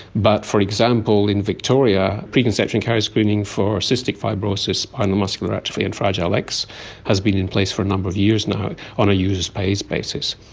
but, for example, in victoria, preconception carrier screening for cystic fibrosis, spinal muscular atrophy and fragile x has been in place for a number of years now on a user pays basis.